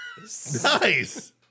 Nice